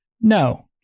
No